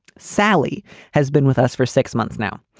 sally has been with us for six months now.